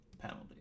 penalty